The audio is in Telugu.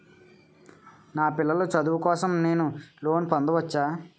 నా పిల్లల చదువు కోసం నేను లోన్ పొందవచ్చా?